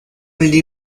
negli